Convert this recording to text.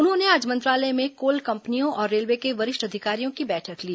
उन्होंने आज मंत्रालय में कोल कम्पनियों और रेल्वे के वरिष्ठ अधिकारियों की बैठक ली